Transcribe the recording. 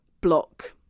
block